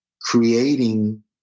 creating